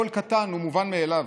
"ייראה הכול קטן ומובן מאליו.